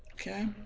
Okay